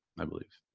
i believe.